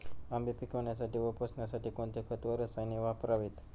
आंबे पिकवण्यासाठी व पोसण्यासाठी कोणते खत व रसायने वापरावीत?